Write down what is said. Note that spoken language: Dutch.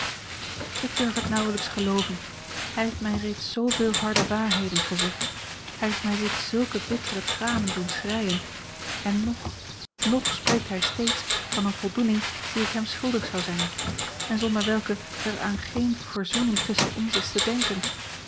ik durf het nauwelijks gelooven hij heeft mij reeds zooveel harde waarheden gezegd hij heeft mij reeds zulke bittere tranen doen schreien en ng nog spreekt hij steeds van eene voldoening die ik hem schuldig zou zijn en zonder welke er aan geene verzoening tusschen ons is te denken